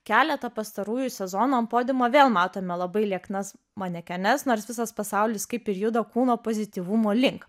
keletą pastarųjų sezonų ant podiumo vėl matome labai lieknas manekenes nors visas pasaulis kaip ir juda kūno pozityvumo link